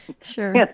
Sure